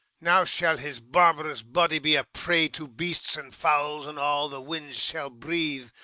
now shall his barbarous body be a prey to beasts and fowls, and all the winds shall breathe,